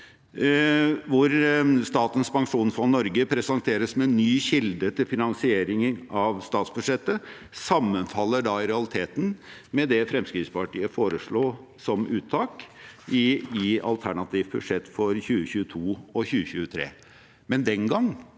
hvor Statens pensjonsfond Norge presenteres som en ny kilde til finansieringen av statsbudsjettet, sammenfaller i realiteten med det Fremskrittspartiet foreslo som uttak i alternativt budsjett for 2022 og 2023.